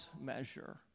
measure